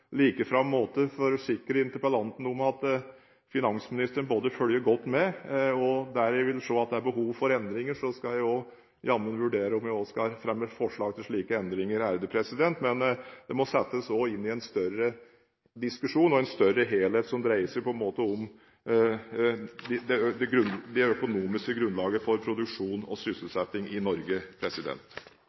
at det er behov for endringer, skal jeg også jammen vurdere om jeg skal fremme forslag til endringer. Men det må settes inn i en større diskusjon og en større helhet som dreier seg om det økonomiske grunnlaget for produksjon og sysselsetting i Norge.